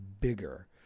bigger